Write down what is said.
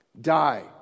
die